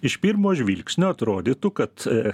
iš pirmo žvilgsnio atrodytų kad